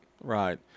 right